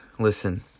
Listen